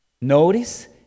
Notice